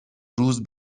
روز